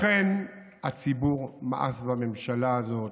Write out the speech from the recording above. לכן הציבור מאס בממשלה הזאת.